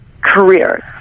career